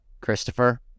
Christopher